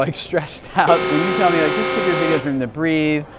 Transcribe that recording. like stressed out. when you tell me, like, just give your videos room to breathe,